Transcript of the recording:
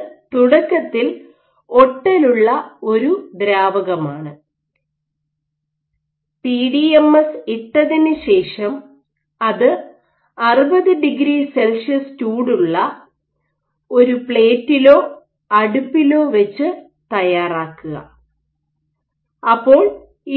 ഇത് തുടക്കത്തിൽ ഒട്ടലുള്ള ഒരു ദ്രാവകമാണ് പിഡിഎംഎസ് ഇട്ടതിന് ശേഷം അത് 60 ഡിഗ്രി സെൽഷ്യസ് ചൂടുള്ള ഒരു പ്ലേറ്റിലോ അടുപ്പിലോ വച്ച് തയ്യാറാക്കുക അപ്പോൾ